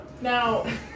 Now